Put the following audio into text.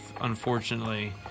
unfortunately